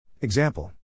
Example